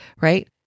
right